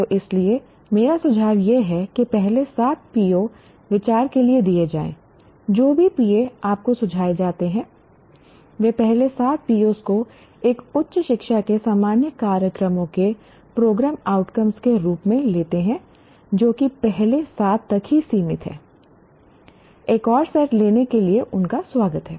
तो इसीलिए मेरा सुझाव यह है कि पहले 7 PO विचार के लिए दिए जाएं जो भी PO आपको सुझाए जाते हैं वे पहले 7 POs को एक उच्च शिक्षा के सामान्य कार्यक्रमों के प्रोग्राम आउटकम्स के रूप में लेते हैं जो कि पहले 7 तक ही सीमित है एक और सेट लेने के लिए उनका स्वागत है